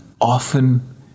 often